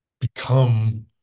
become